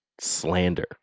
slander